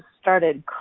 started